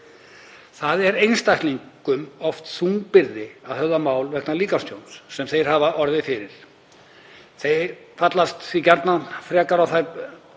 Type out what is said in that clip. Það er einstaklingum oft þung byrði að höfða dómsmál vegna líkamstjóns sem þeir hafa orðið fyrir. Þeir fallast því gjarnan frekar á þær bætur